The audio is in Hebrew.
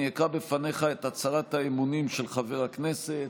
אקרא בפניך את הצהרת האמונים של חבר הכנסת,